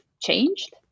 changed